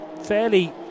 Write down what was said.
fairly